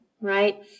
Right